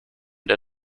der